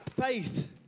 Faith